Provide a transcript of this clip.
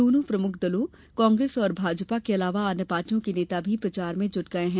दोनों प्रमुख दलों कांग्रेस और भाजपा के अलावा अन्य पार्टियों के नेता भी प्रचार में जुट गये हैं